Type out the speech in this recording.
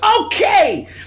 Okay